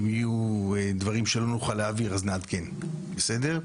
אם יהיו דברים שלא נוכל להעביר אז נעדכן, בסדר?